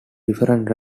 different